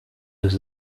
his